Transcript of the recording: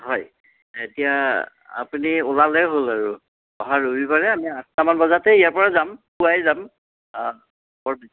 হয় এতিয়া আপুনি ওলালে হ'ল আৰু অহা ৰবিবাৰে আমি আঠটামান বজাতেই ইয়াৰপৰা যাম পুৱাই যাম